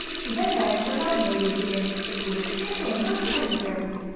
he then went to the landlady of the inn, who was a cheerful and most kindly person,